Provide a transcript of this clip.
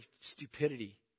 stupidity